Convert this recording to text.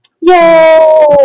yay